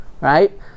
right